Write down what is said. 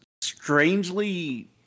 strangely